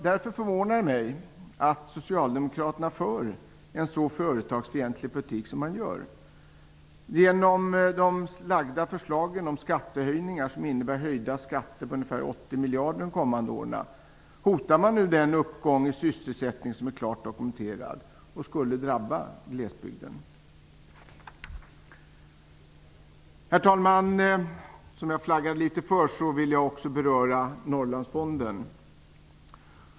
Det förvånar mig att Socialdemokraterna för en så företagsfientlig politik som man gör. Genom förslag som innebär skattehöjningar på ungefär 80 miljarder de kommande åren hotar man nu den uppgång i sysselsättningen som är klart dokumenterad. Detta skulle drabba glesbygden. Herr talman! Som jag flaggade för vill jag också beröra Norrlandsfonden.